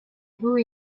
beau